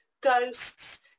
ghosts